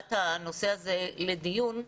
העלאת הנושא הזה לדיון.